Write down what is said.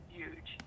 huge